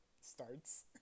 starts